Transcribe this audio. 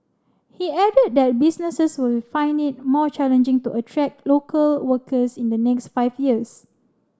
he added that businesses will find it more challenging to attract local workers in the next five years